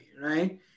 right